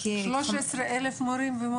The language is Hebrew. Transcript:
13 אלף מורים ומורות.